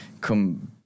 come